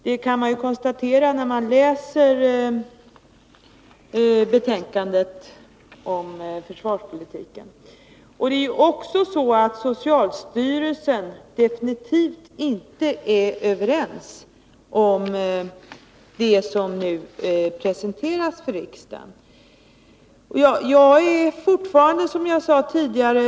Det kan man konstatera när man läser betänkandet om försvarspolitiken. Socialstyrelsen är definitivt inte med på det som nu presenteras för riksdagen. Jag är fortfarande orolig, som jag sade tidigare.